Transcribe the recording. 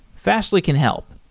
fastly can help.